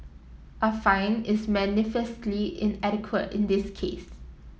a fine is manifestly inadequate in this case